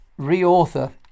reauthor